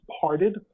parted